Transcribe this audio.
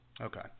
Okay